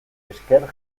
esker